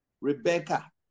Rebecca